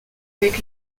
avec